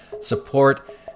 support